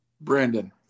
Brandon